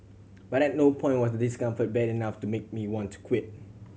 but at no point was the discomfort bad enough to make me want to quit